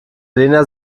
lena